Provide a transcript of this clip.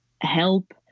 help